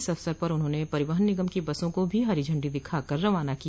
इस अवसर पर उन्होंने परिवहन निगम की बसों को भी हरी झंडी दिखाकर रवाना किया